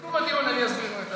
בסיכום הדיון אני אסביר לו.